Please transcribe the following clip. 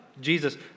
Jesus